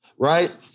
Right